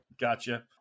Gotcha